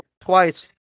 twice